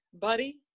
buddy